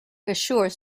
assures